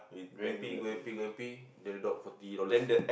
go m_p go m_p go m_p they reduct forty dollars